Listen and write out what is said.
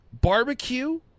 barbecue